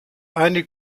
eine